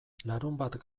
larunbat